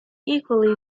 equally